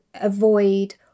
avoid